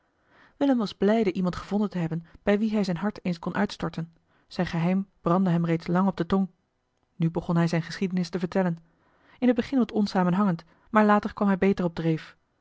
willem was blijde iemand gevonden te hebben bij wien hij zijn hart eens kon uitstorten zijn geheim brandde hem reeds lang op de tong nu begon hij zijne geschiedenis te vertellen in t begin wat onsamenhangend maar later kwam hij beter op dreef